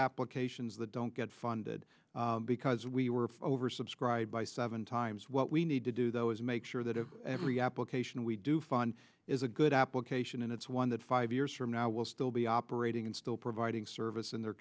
applications that don't get funded because we were oversubscribed by seven times what we need to do though is make sure that every application we do find is a good application and it's one that five years from now will still be operating and still providing service in their